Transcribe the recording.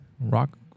Rock